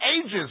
ages